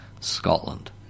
Scotland